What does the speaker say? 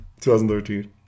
2013